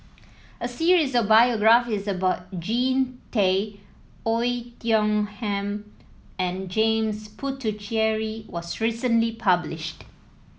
a series of biographies about Jean Tay Oei Tiong Ham and James Puthucheary was recently published